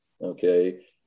Okay